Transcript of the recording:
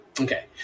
Okay